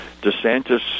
DeSantis